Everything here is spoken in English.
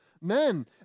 men